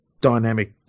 dynamic